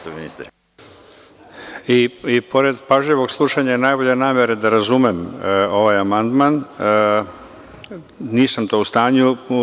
Pored pažljivog slušanja i najbolje namere da razumem ovaj amandman, nisam to u stanju.